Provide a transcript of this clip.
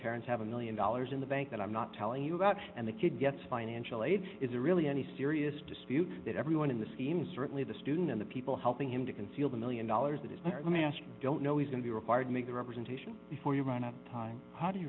parents have a one million dollars in the bank that i'm not telling you about and the kid gets financial aid is a really any serious dispute that everyone in the scheme certainly the student and the people helping him to sealed a one million dollars that is let me ask you don't know is going to be required make the representation before you run a time how do you